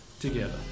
together